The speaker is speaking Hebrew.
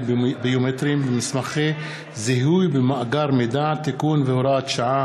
ביומטריים במסמכי זיהוי ובמאגר מידע (תיקון והוראת שעה),